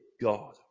God